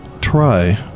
try